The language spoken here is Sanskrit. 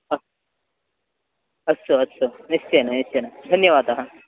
अस्तु अस्तु अस्तु निश्चयेन निश्चयेन धन्यवादः